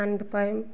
handpump